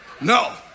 No